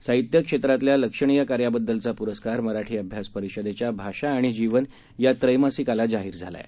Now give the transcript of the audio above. साहित्य क्षेत्रातल्या लक्षणीय कार्याबद्दलचा पुरस्कार मराठी अभ्यास परिषदेच्या भाषा आणि जीवन या त्रैमासिकाला जाहीर झाला आहे